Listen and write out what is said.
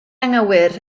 anghywir